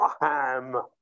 ham